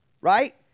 Right